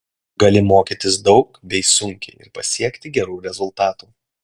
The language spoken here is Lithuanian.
gali mokytis daug bei sunkiai ir pasiekti gerų rezultatų